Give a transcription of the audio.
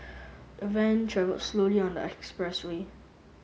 the van travelled slowly on the expressway